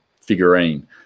figurine